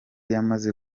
yamaze